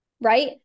right